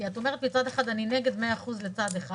כי את אומרת מצד אחד אני נגד 100% לצד אחד,